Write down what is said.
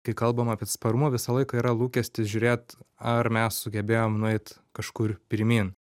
kai kalbam apie atsparumą visą laiką yra lūkestis žiūrėt ar mes sugebėjom nueit kažkur pirmyn